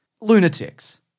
lunatics